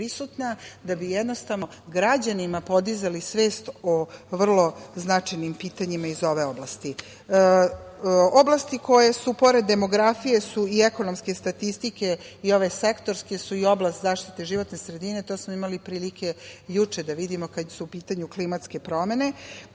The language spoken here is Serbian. da bi jednostavno građanima podizali svest o vrlo značajnim pitanjima iz ove oblasti. Oblasti koje su pored demografije i ekonomske statistike i ove sektorske su i oblast zaštite životne sredine, to smo imali prilike juče da vidimo, kad su u pitanju klimatske promene.